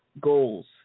goals